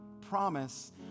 promise